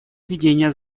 ведения